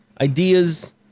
ideas